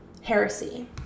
heresy